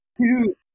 two